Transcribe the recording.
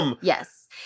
Yes